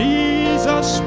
Jesus